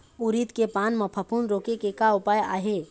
उरीद के पान म फफूंद रोके के का उपाय आहे?